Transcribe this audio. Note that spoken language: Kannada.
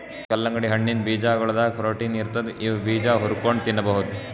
ಕಲ್ಲಂಗಡಿ ಹಣ್ಣಿನ್ ಬೀಜಾಗೋಳದಾಗ ಪ್ರೊಟೀನ್ ಇರ್ತದ್ ಇವ್ ಬೀಜಾ ಹುರ್ಕೊಂಡ್ ತಿನ್ಬಹುದ್